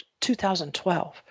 2012